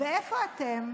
ואיפה אתם?